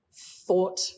thought